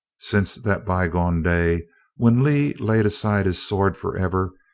since that bygone day when lee laid aside his sword forever,